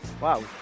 Wow